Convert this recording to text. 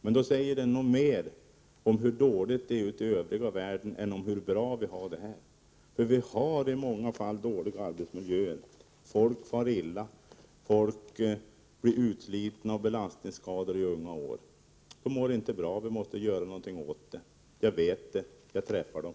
Detta säger nog mer om hur dåligt det är ute i den övriga världen än om hur bra vi har det här. Vi har i många fall dåliga arbetsmiljöer. Folk far illa och blir utslitna av belastningsskador i unga år. Människor mår inte bra, och vi måste göra någonting åt detta. Jag vet att det är så, eftersom jag träffar dem.